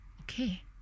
okay